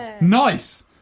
Nice